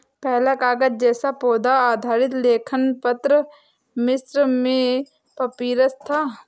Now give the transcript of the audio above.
पहला कागज़ जैसा पौधा आधारित लेखन पत्र मिस्र में पपीरस था